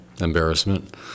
Embarrassment